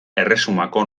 erresumako